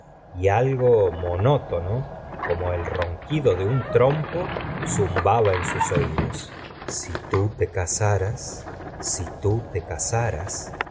y algo monótono como el ronquido de un trompo zumbaba en sus oídos si tú te casaras si tú te casaras